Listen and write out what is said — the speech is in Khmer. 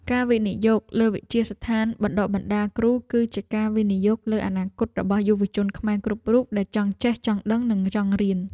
ការវិនិយោគលើវិទ្យាស្ថានបណ្តុះបណ្តាលគ្រូគឺជាការវិនិយោគលើអនាគតរបស់យុវជនខ្មែរគ្រប់រូបដែលចង់ចេះចង់ដឹងនិងចង់រៀន។